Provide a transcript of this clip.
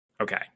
Okay